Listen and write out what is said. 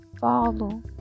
follow